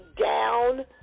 down